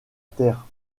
terre